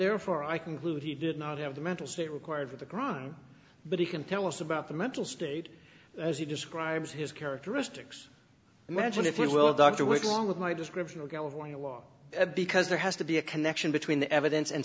therefore i conclude he did not have the mental state required for the crime but he can tell us about the mental state as he describes his characteristics imagine if you will a doctor working along with my description of california law because there has to be a connection between the evidence and